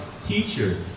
teacher